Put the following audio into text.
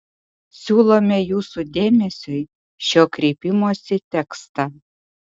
siūlome jūsų dėmesiui šio kreipimosi tekstą